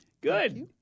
Good